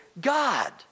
God